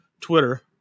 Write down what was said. Twitter